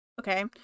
okay